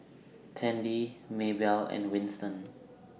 Tandy Maebell and Winston